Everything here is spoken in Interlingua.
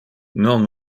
non